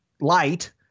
light